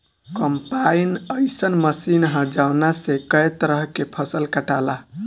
combine अइसन machine ह जवना से कए तरह के फसल कटाला